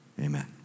Amen